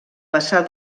passar